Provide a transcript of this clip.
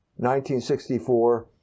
1964